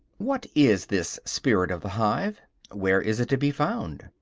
what is this spirit of the hive where is it to be found?